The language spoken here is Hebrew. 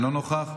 אינו נוכח,